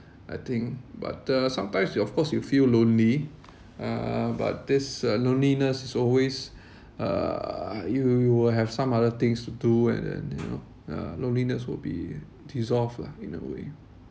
I think but uh sometimes you of course you feel lonely uh but this uh loneliness is always uh you you will have some other things to do and then you know uh loneliness will be dissolved lah in a way